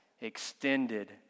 extended